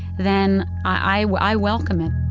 then i welcome it